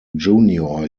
junior